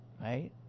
right